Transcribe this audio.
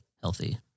healthy